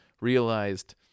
realized